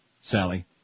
Sally